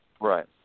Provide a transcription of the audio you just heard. Right